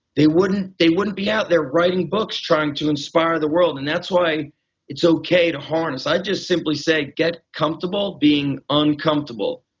they wouldn't they wouldn't be out there writing books trying to inspire the world. and that's why it's okay to harness. i just simply say, get comfortable being uncomfortable.